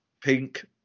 Pink